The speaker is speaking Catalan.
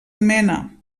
mena